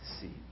see